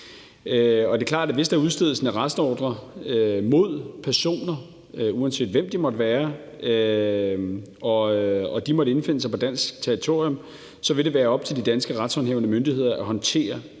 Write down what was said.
Det er klart, at hvis der udstedes en arrestordre mod personer, uanset hvem det måtte være, og de måtte indfinde sig på dansk territorium, så vil det være op til de danske retshåndhævende myndigheder at håndtere